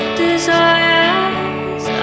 desires